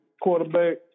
quarterback